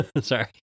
Sorry